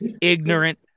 ignorant